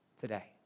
today